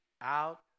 out